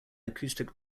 acoustic